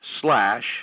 slash